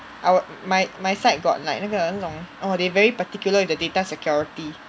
our my my side got like 那个那种 orh they very particular with the data security